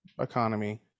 economy